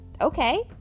Okay